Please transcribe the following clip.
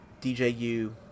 DJU